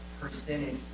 percentage